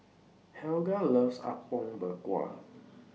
Helga loves Apom Berkuah